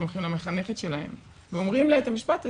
הולכים למחנכת שלהם ואומרים לה את המשפט הזה.